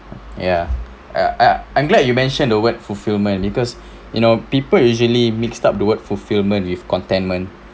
ya uh I'm glad you mentioned the word fulfilment because you know people usually mixed up the word fulfilment with contentment